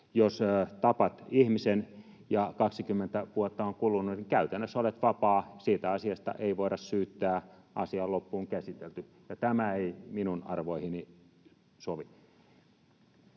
jos tapat ihmisen ja 20 vuotta on kulunut, niin käytännössä olet vapaa. Siitä asiasta ei voida syyttää, asia on loppuun käsitelty, ja tämä ei minun arvoihini sovi.